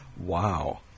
Wow